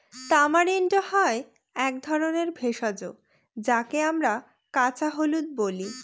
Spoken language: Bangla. তামারিন্ড হয় এক ধরনের ভেষজ যাকে আমরা কাঁচা হলুদ বলি